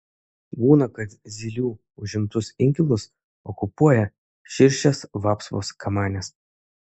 būna kad zylių užimtus inkilus okupuoja širšės vapsvos kamanės